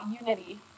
unity